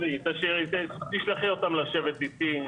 תשלחי אותם לשבת אתי.